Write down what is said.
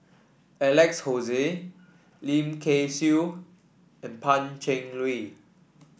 Alex Josey Lim Kay Siu and Pan Cheng Lui